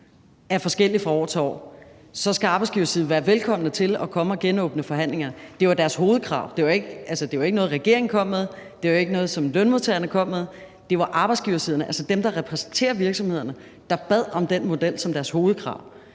er forskellig fra år til år, så skal arbejdsgiversiden være velkommen til at komme og genåbne forhandlingerne. Det var deres hovedkrav. Det var ikke noget, regeringen kom med, og det var ikke noget, lønmodtagerne kom med. Det var arbejdsgiversiden, altså dem, der repræsenterer virksomhederne, der bad om den model som deres hovedkrav.